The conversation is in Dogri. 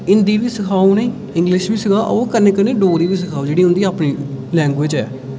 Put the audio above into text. हिंदी बी सखाओ उ'नेंगी इंग्लिश बी सखाओ अमां कन्नै कन्नै डोगरी बी सखाओ जेह्ड़ी उं'दी अपनी लैंग्विज ऐ